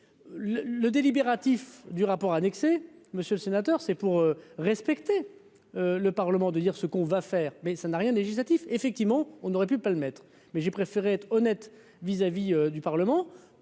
le délibératif du rapport annexé, monsieur le sénateur, c'est pour respecter le Parlement, de dire ce qu'on va faire, mais ça n'a rien législatif, effectivement, on aurait pu pas le mettre mais j'ai préféré être honnête vis-à-vis du Parlement.